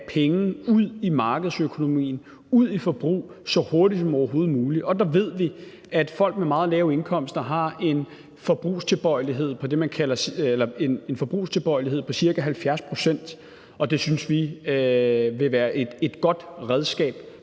penge ud i markedsøkonomien og ud i forbrug så hurtigt som overhovedet muligt. Der ved vi, at folk med meget lave indkomster har en forbrugstilbøjelighed på ca. 70 pct., og det synes vi vil være et godt redskab